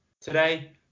Today